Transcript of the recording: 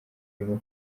birimo